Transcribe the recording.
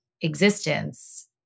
existence